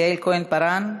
יעל כהן-פארן,